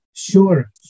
Sure